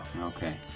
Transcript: Okay